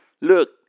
Look